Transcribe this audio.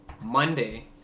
monday